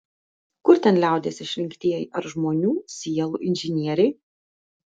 kur ten liaudies išrinktieji ar žmonių sielų inžinieriai